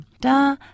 Da